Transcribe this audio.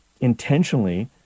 intentionally